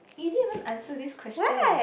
you didn't even answer this question